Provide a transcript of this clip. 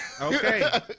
Okay